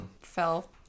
fell